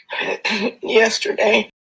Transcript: Yesterday